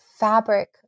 Fabric